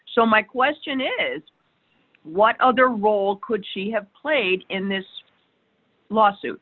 so my question is what other role could she have played in this lawsuit